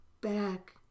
back